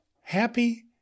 happy